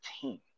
team